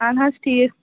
اَہَن حظ ٹھیٖک